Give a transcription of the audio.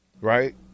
Right